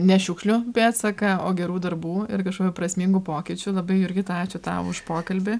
ne šiukšlių pėdsaką o gerų darbų ir kažkokių prasmingų pokyčių labai jurgita ačiū tau už pokalbį